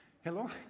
hello